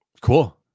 Cool